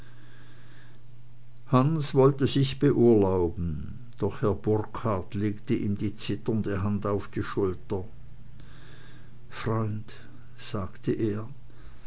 hans wollte sich beurlauben doch herr burkhard legte ihm die zitternde hand auf die schulter freund sagte er